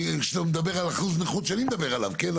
כשאתה מדבר על אחוז נכות שאני מדבר עליו, כן?